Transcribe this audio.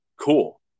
cool